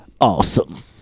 awesome